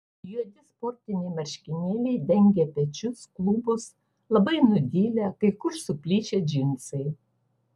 juodi sportiniai marškinėliai dengė pečius klubus labai nudilę kai kur suplyšę džinsai